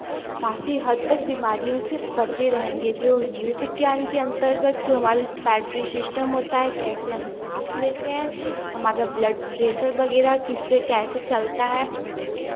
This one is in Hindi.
काफ़ी हद तक बीमारियों से बचे रहेंगे जो जीव विज्ञान के अंतर्गत जो हमारी रिसपैट्रि शिष्टम होता है कैसे हम सांस लेते हैं हमारा ब्लड प्रेसर वगैरह किससे कैसे चलता है